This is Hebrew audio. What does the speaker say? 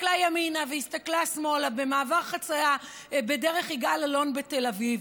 הסתכלה ימינה והסתכלה שמאלה במעבר חצייה בדרך יגאל אלון בתל אביב,